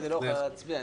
זה אחת.